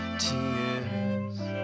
tears